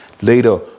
Later